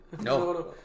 No